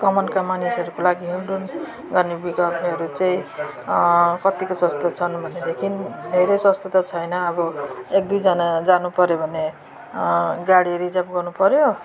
कमानका मानिसहरूको लागि अप डाउन गर्ने विकल्पहरू चाहिँ कत्तिको सस्तो छन् भनेदेखि धेरै सस्तो त छैन अब एक दुईजना जानुपऱ्यो भने गाडी रिजर्भ गर्नुपऱ्यो